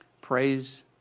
Praise